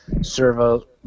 servo